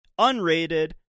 unrated